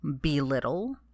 belittle